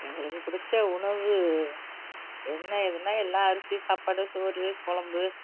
எங்களுக்கு பிடிச்ச உணவு என்ன ஏதுனா எல்லா அரிசி சாப்பாடு சோறு கொழம்பு